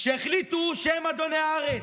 שהחליטו שהם אדוני הארץ,